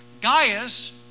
Gaius